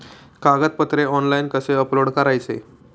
कागदपत्रे ऑनलाइन कसे अपलोड करायचे?